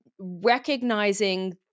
recognizing